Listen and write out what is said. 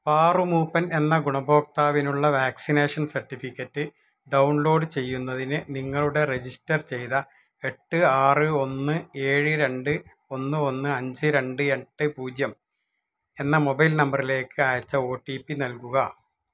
പാറു മൂപ്പൻ എന്ന ഗുണഭോക്താവിനുള്ള vaccination certificate download ചെയ്യുന്നതിന് നിങ്ങളുടെ രജിസ്റ്റർ ചെയ്ത എട്ട് ആറ് ഒന്ന് ഏഴ് രണ്ട് ഒന്ന് ഒന്ന് അഞ്ച് രണ്ട് എട്ട് പൂജ്യം എന്ന മൊബൈൽ നമ്പറിലേക്ക് അയച്ച ഒ റ്റി പി നൽകുക